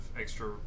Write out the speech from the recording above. extra